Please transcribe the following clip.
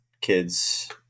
kids